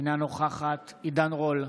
רול,